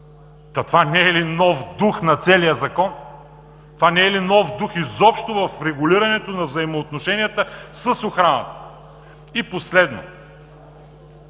Та това не е ли нов дух на целия Закон?! Това не е ли нов дух изобщо в регулирането на взаимоотношенията с охраната?! И последно,